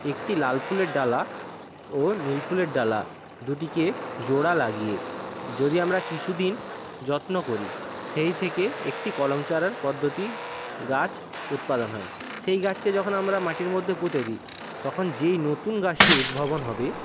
একটি লাল ফুলের ডালা ও নীল ফুলের ডালা দুটিকে জোড়া লাগিয়ে যদি আমরা কিছুদিন যত্ন করি সেই থেকে একটি কলম চারার পদ্ধতি গাছ উৎপাদন হয় সেই গাছকে যখন আমরা মাটির মধ্যে পুঁতে দিই তখন যেই নতুন গাছটি উৎভাবন হবে